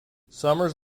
summers